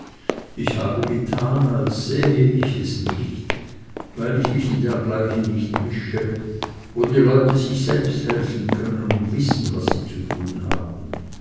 ich habe getan als sähe ich es nicht weil ich mich in dergleichen nicht mische wo die leute sich selbst helfen können und wissen was sie zu tun haben